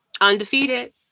Undefeated